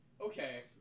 okay